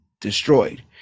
destroyed